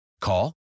Call